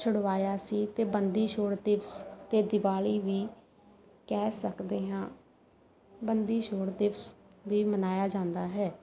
ਛੁਡਵਾਇਆ ਸੀ ਅਤੇ ਬੰਦੀ ਛੋੜ ਦਿਵਸ ਅਤੇ ਦੀਵਾਲੀ ਵੀ ਕਹਿ ਸਕਦੇ ਹਾਂ ਬੰਦੀ ਛੋੜ ਦਿਵਸ ਵੀ ਮਨਾਇਆ ਜਾਂਦਾ ਹੈ